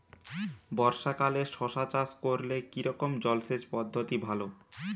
বর্ষাকালে শশা চাষ করলে কি রকম জলসেচ পদ্ধতি ভালো?